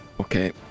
Okay